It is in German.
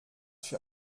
für